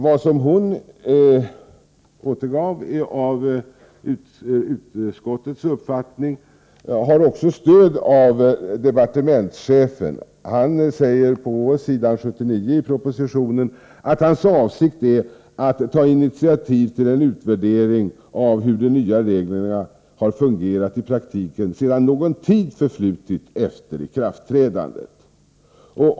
Vad Lisa Mattson återgav av utskottets uppfattning har också stöd av departementschefen. Han säger på s. 79 i propositionen att hans ”avsikt är att ta initiativ till en utvärdering av hur de nya reglerna har fungerat i praktiken sedan någon tid har förflutit efter ikraftträdandet.